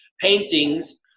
paintings